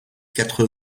quatre